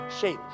shape